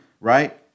right